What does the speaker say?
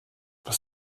was